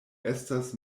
estas